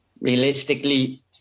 Realistically